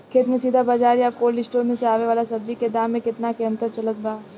खेत से सीधा बाज़ार आ कोल्ड स्टोर से आवे वाला सब्जी के दाम में केतना के अंतर चलत बा?